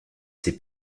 ses